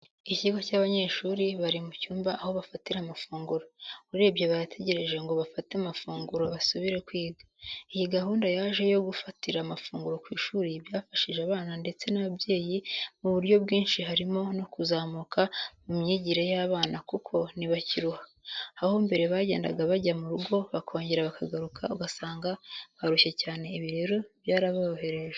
Ikigo cy'abanyeshuri bari mu cyumba aho bafatira amafunguro , urebye barategereja ngo bafate mafunguro basubire kwiga. Iyi gahunda yaje yo gufatira amafuguro ku ishuri byafashije abana ndetse n'ababyeyi mu buryo bwinshi harimo no kuzamuka mu myigire y'abana kuko ntibakiruha, aho mbere bagendaga bajya mu rugo bokongera bakagaruka ugasanga barushye cyane ibi rero byaraborohereje.